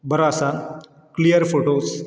बरो आसा clear photos